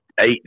eight